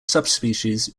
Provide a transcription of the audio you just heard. subspecies